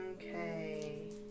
Okay